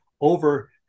over